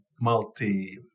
multi